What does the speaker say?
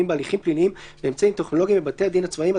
בהליכים פליליים באמצעים טכנולוגיים בבתי הדין הצבאיים),